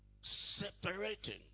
Separating